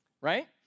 right